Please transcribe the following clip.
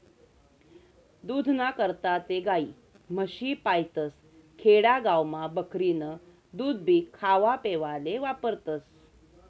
दूधना करता ते गायी, म्हशी पायतस, खेडा गावमा बकरीनं दूधभी खावापेवाले वापरतस